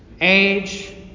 age